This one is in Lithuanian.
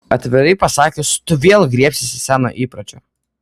atvirai pasakius tu vėl griebsiesi seno įpročio